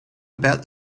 about